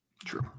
True